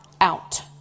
out